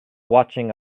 watching